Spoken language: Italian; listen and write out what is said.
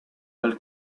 bel